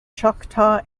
choctaw